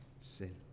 sin